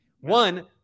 One